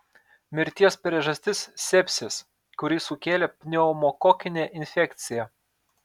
mirties priežastis sepsis kurį sukėlė pneumokokinė infekcija